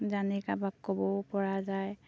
জানি কাৰোবাক ক'বওপৰা যায়